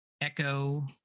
Echo